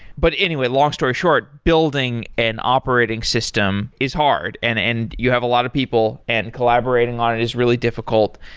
but anyway, long story short, building an operating system is hard and and you have a lot of people and collaborating on it is really difficult.